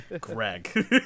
Greg